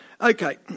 Okay